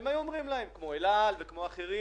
והם היו אומרים להם, כמו "אל על" וכמו אחרים: